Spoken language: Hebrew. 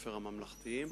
בתי-הספר הממלכתיים.